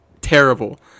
terrible